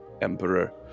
Emperor